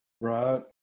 Right